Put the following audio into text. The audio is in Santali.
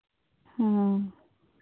ᱦᱮᱸ